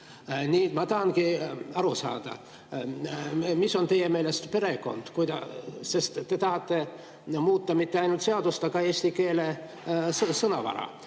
tahangi aru saada, mis on teie meelest perekond. Sest te tahate muuta mitte ainult seadust, vaid ka eesti keele sõnavara.